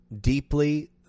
deeply